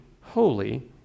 holy